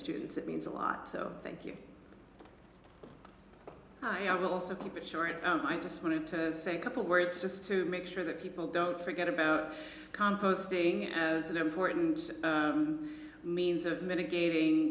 students it means a lot so thank you i will also keep it short i just wanted to say a couple words just to make sure that people don't forget about composting as an important means of mitigating